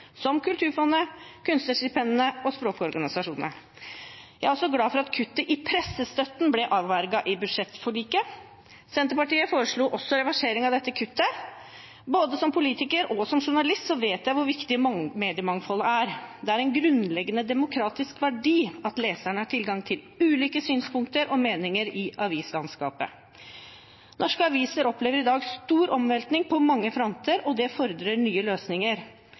som Kulturfondet, kunstnerstipendene og språkorganisasjonene. Jeg er også glad for at kuttet i pressestøtten ble avverget i budsjettforliket. Senterpartiet foreslo også reversering av dette kuttet. Både som politiker og som journalist vet jeg hvor viktig mediemangfoldet er. Det er en grunnleggende demokratisk verdi at leserne har tilgang til ulike synspunkter og meninger i avislandskapet. Norske aviser opplever i dag en stor omveltning på mange fronter, og det fordrer nye løsninger.